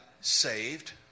saved